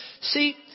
See